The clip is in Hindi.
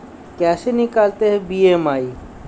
कैसे निकालते हैं बी.एम.आई?